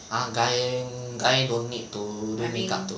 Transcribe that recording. ah guy guy don't need to do makeup to